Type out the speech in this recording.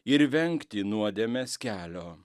ir vengti nuodėmės kelio